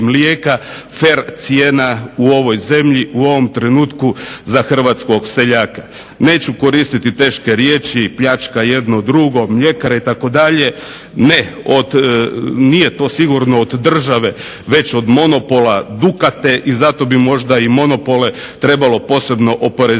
fer cijena u ovoj zemlji, u ovom trenutku za hrvatskog seljaka. Neću koristiti teške riječi, pljačka, jedno, drugo, mljekare itd. Ne, nije to sigurno od države već od monopola Dukata i zato bi i možda monopole trebalo posebno oporezivati.